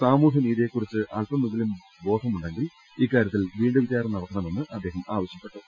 സാമൂഹ്യ നീതിയെ കുറിച്ച് അൽപമെങ്കിലും ബോധമുണ്ടെങ്കിൽ ഇക്കാര്യത്തിൽ വീണ്ടുവിചാരം നടത്തണമെന്ന് അദ്ദേഹം ആവശ്യപ്പെട്ടു